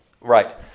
Right